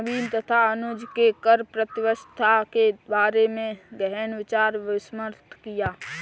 नवीन तथा अनुज ने कर प्रतिस्पर्धा के बारे में गहन विचार विमर्श किया